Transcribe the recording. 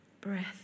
Breath